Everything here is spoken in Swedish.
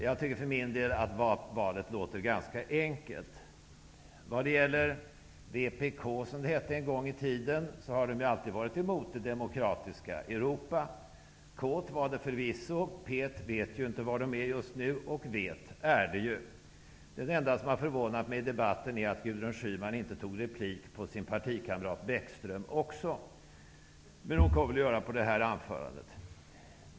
Jag tycker för min del att valet låter ganska enkelt. Vpk, som det hette en gång i tiden, har alltid varit emot det demokratiska Europa. K var det förvisso, P vet inte var det är just nu, och V är det ju. Det enda som förvånade mig i debatten var att Gudrun Lars Bäckström, men hon kommer väl att göra det på mitt anförande.